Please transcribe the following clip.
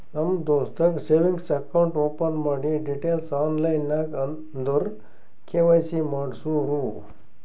ನಮ್ ದೋಸ್ತಗ್ savings account open ಮಾಡಿ ಡೀಟೈಲ್ಸ್ ಆನ್ಲೈನ್ ನಾಗ್ ಅಂದುರ್ ಕೆ.ವೈ.ಸಿ ಮಾಡ್ಸುರು